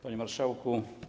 Panie Marszałku!